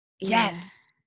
Yes